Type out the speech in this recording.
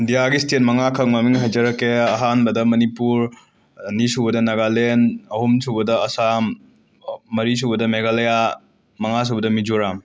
ꯏꯟꯗꯤꯌꯥꯒꯤ ꯁ꯭ꯇꯦꯠ ꯃꯉꯥꯈꯛ ꯃꯃꯤꯡ ꯍꯥꯏꯖꯔꯛꯀꯦ ꯑꯍꯥꯟꯕꯗ ꯃꯅꯤꯄꯨꯔ ꯑꯅꯤꯁꯨꯕꯗ ꯅꯥꯒꯥꯂꯦꯟ ꯑꯍꯨꯝ ꯁꯨꯕꯗ ꯑꯁꯥꯝ ꯃꯔꯤ ꯁꯨꯔꯗ ꯃꯦꯘꯂꯌ ꯃꯉꯥꯁꯨꯕꯗ ꯃꯤꯖꯣꯔꯥꯝ